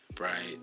right